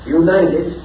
united